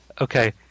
Okay